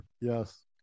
Yes